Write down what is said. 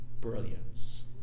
brilliance